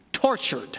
Tortured